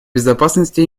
безопасности